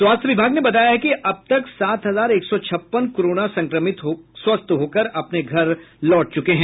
स्वास्थ्य विभाग ने बताया है कि अब तक सात हजार एक सौ छप्पन कोरोना संक्रमित स्वस्थ होकर अपने घर लौट चूके हैं